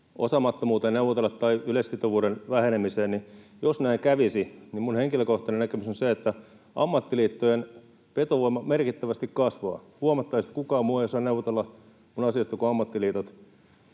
osaamattomuuteen neuvotella tai yleissitovuuden vähenemiseen, niin jos näin kävisi, niin minun henkilökohtainen näkemykseni on se, että ammattiliittojen vetovoima merkittävästi kasvaisi — huomattaisiin, että kukaan muu ei osaa neuvotella asiasta kuin ammattiliitot